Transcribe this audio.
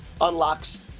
unlocks